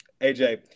AJ